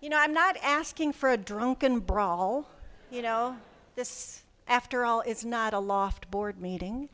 you know i'm not asking for a drunken brawl you know this after all it's not a loft board meeting